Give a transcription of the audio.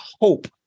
hope